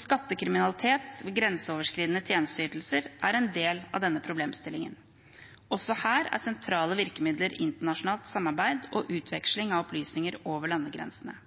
Skattekriminalitet ved grenseoverskridende tjenesteytelser er en del av denne problemstillingen. Også her er sentrale virkemidler internasjonalt samarbeid og utveksling av opplysninger over landegrensene.